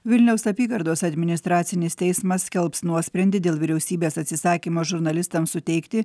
vilniaus apygardos administracinis teismas skelbs nuosprendį dėl vyriausybės atsisakymo žurnalistams suteikti